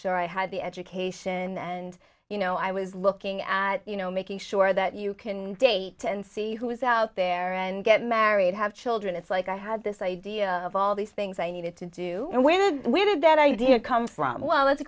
sure i had the education and you know i was looking at you know making sure that you can date and see who was out there and get married have children it's like i had this idea of all these things i needed to do and when we did that idea come from well that's a